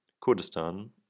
Kurdistan